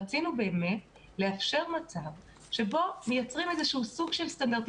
רצינו באמת לאפשר מצב שבו מייצרים סטנדרט